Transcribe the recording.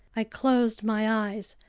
i closed my eyes.